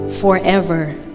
forever